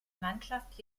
mannschaft